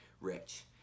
rich